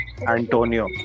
Antonio